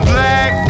Black